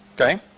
Okay